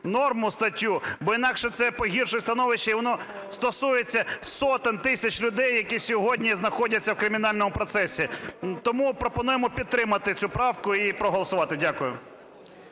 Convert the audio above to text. норму, статтю, бо інакше це погіршить становище, і воно стосується сотень тисяч людей, які сьогодні знаходяться в кримінальному процесі. Тому пропонуємо підтримати цю правку і проголосувати. Дякую.